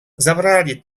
zabrali